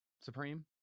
Supreme